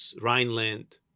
Rhineland